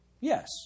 Yes